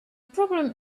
problem